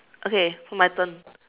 okay my turn